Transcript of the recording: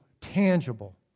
tangible